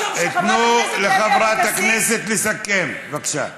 אדוני היושב-ראש, תנו לחברת הכנסת לסכם, בבקשה.